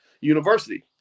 University